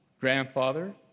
grandfather